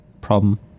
problem